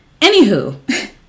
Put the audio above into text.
Anywho